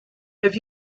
have